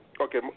Okay